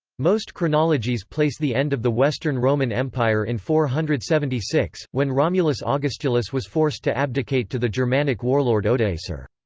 most chronologies place the end of the western roman empire in four hundred and seventy six, when romulus ah augustulus was forced to abdicate to the germanic warlord odoacer.